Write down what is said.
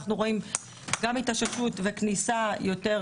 אנחנו רואים גם התאוששות וכניסה יותר